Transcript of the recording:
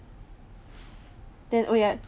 then oh ya